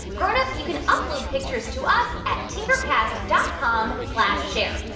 grown-ups, you can upload pictures to us at tinkercast dot com slash share.